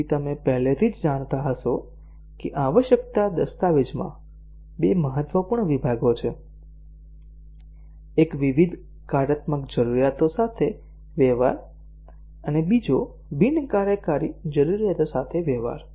તેથી તમે પહેલેથી જ જાણતા હશો કે આવશ્યકતા દસ્તાવેજમાં બે મહત્વપૂર્ણ વિભાગો છે એક વિવિધ કાર્યાત્મક જરૂરિયાતો સાથે વ્યવહાર અને બીજો બિન કાર્યકારી જરૂરિયાતો સાથે વ્યવહાર